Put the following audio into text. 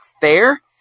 fair